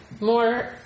more